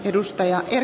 arvoisa puhemies